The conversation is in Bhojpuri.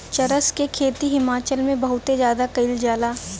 चरस क खेती हिमाचल में बहुते जादा कइल जाला